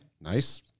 Nice